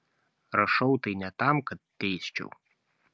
rašau tai ne tam kad teisčiau